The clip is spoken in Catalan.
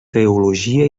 teologia